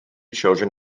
children